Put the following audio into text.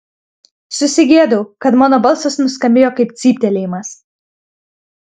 susigėdau kad mano balsas nuskambėjo kaip cyptelėjimas